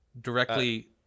directly